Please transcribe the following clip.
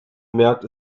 merkt